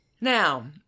Now